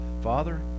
Father